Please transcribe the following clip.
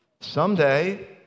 someday